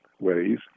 ways